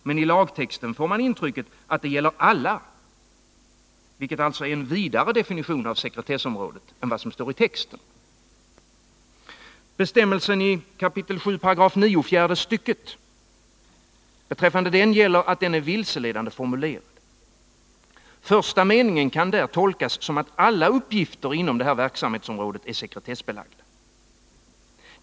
Men av lagtexten får man intrycket att det gäller alla, vilket alltså är en vidare definition av sekretessområdet. Beträffande bestämmelsen i 7 kap. 9 § fjärde stycket gäller att den är vilseledande formulerad. Första meningen där kan tolkas som att alla uppgifter inom verksamhetsområdet är sekretessbelagda.